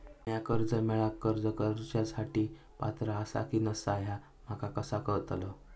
म्या कर्जा मेळाक अर्ज करुच्या साठी पात्र आसा की नसा ह्या माका कसा कळतल?